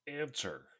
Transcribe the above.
answer